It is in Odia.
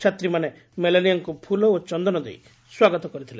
ଛାତ୍ରୀମାନେ ମେଲାନିଆଙ୍କୁ ଫୁଲ ଓ ଚନ୍ଦନ ଦେଇ ସ୍ୱାଗତ କରିଥିଲେ